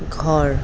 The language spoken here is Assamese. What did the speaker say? ঘৰ